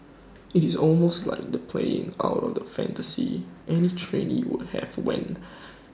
IT is almost like the playing out of A fantasy any trainee would have when